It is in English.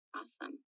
awesome